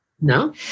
No